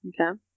Okay